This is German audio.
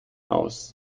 aus